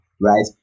right